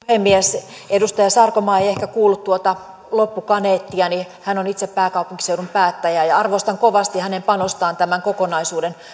puhemies edustaja sarkomaa ei ehkä kuullut tuota loppukaneettiani hän on itse pääkaupunkiseudun päättäjä ja ja arvostan kovasti hänen panostaan tämän kokonaisuuden